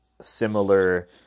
similar